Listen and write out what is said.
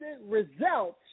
Results